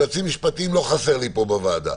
יועצים משפטיים לא חסרים לי פה בוועדה.